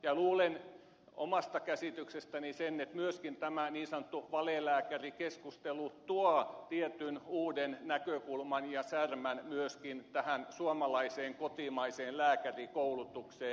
ja luulen omasta käsityksestäni sen että myöskin tämä niin sanottu valelääkärikeskustelu tuo tietyn uuden näkökulman ja särmän myöskin tähän suomalaiseen kotimaiseen lääkärikoulutukseen